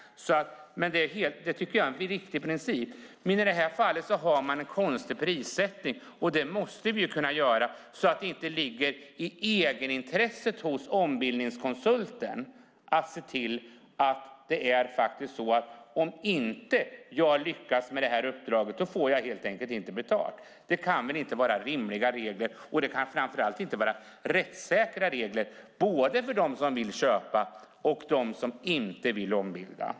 Det tycker jag är en riktig princip, men i det här fallet har man en konstig prissättning. Vi måste kunna göra något så att det inte ligger i ombildningskonsultens egenintresse att lyckas med uppdraget eftersom man annars helt enkelt inte får betalt. Det kan väl inte vara rimliga och rättssäkra regler, varken för dem som vill köpa eller dem som inte vill ombilda.